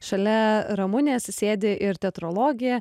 šalia ramunės sėdi ir teatrologė